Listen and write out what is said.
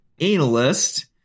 Analyst